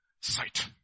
sight